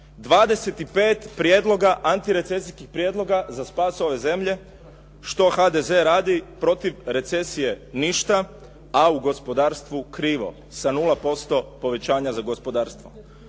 25 prijedloga, antirecesijskih prijedloga za spas ove zemlje. Što HDZ radi protiv recesije? Ništa. A u gospodarstvu krivo, sa 0% povećanja za gospodarstvo.